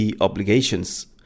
obligations